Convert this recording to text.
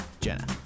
Jenna